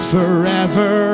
Forever